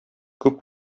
күп